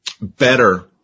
better